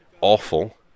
awful